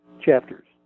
chapters